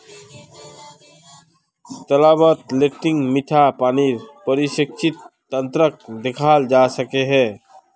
तालाबत लेन्टीक मीठा पानीर पारिस्थितिक तंत्रक देखाल जा छे